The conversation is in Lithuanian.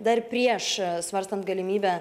dar prieš svarstant galimybę